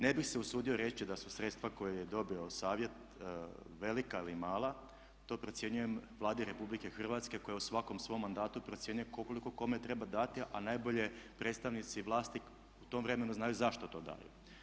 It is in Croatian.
Ne bih se usudio reći da su sredstva koje je dobio Savjet velika ili mala, to prepuštam Vladi RH koja u svakom svom mandatu procjenjuje koliko kome treba dati a najbolje predstavnici vlasti u tom vremenu znaju zašto to daju.